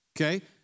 okay